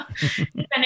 depending